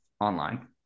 online